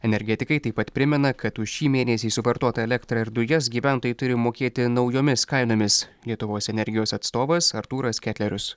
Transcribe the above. energetikai taip pat primena kad už šį mėnesį suvartotą elektrą ir dujas gyventojai turi mokėti naujomis kainomis lietuvos energijos atstovas artūras ketlerius